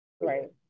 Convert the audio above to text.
Right